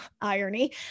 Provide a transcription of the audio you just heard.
irony